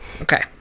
Okay